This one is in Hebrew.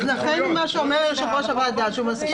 לכן אומר יושב-ראש הוועדה, שהוא מסכים